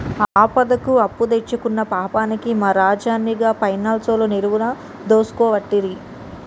ఆపదకు అప్పుదెచ్చుకున్న పాపానికి మా రాజన్ని గా పైనాన్సోళ్లు నిలువున దోసుకోవట్టిరి